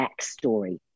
backstory